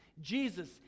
Jesus